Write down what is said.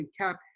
cap